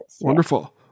wonderful